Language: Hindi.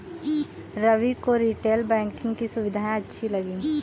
रवि को रीटेल बैंकिंग की सुविधाएं अच्छी लगी